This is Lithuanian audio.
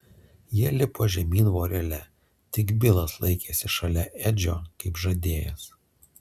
jie lipo žemyn vorele tik bilas laikėsi šalia edžio kaip žadėjęs